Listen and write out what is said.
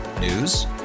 News